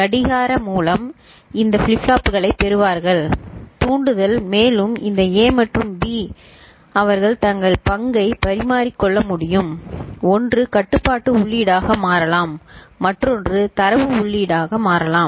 கடிகாரமூலம் இந்த ஃபிளிப் ஃப்ளாப்புகளைப் பெறுவார்கள் தூண்டுதல்மேலும் இந்த A மற்றும் B அவர்கள் தங்கள் பங்கை பரிமாறிக்கொள்ள முடியும் ஒன்று கட்டுப்பாட்டு உள்ளீடாக மாறலாம் மற்றொன்று தரவு உள்ளீடாக மாறலாம்